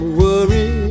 worry